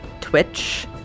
twitch